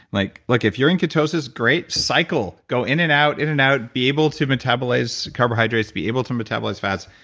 like like if you're in ketosis, great cycle. go in and out, in and out. be able to metabolize carbohydrates. be able to metabolize fats,